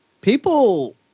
People